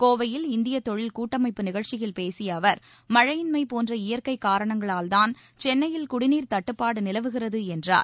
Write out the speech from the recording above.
கோவையில் இந்திய தொழில் கூட்டமைப்பு நிகழ்ச்சியில் பேசிய அவர் மழையின்மை போன்ற இயற்கை காரணங்களால்தான் சென்னையில் குடிநீர் தட்டுப்பாடு நிலவுகிறது என்றார்